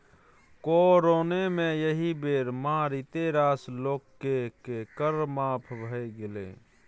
corona मे एहि बेर मारिते रास लोककेँ कर माफ भए गेलै